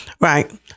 right